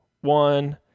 one